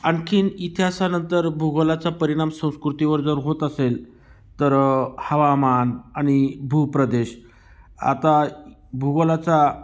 आणखी इतिहासानंतर भूगोलाचा परिणाम संस्कृतीवर जर होत असेल तर हवामान आणि भूप्रदेश आता भूगोलाचा